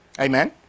amen